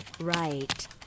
Right